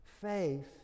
Faith